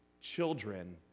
children